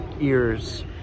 ears